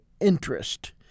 interest